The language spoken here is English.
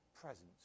presence